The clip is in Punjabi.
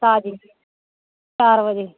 ਤਾਜ਼ੀ ਚਾਰ ਵਜੇ